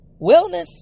wellness